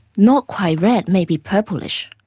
not quite red, maybe purplish,